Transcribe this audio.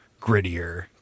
grittier